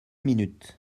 minutes